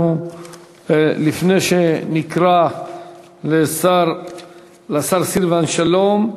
לפני שנקרא לשר סילבן שלום,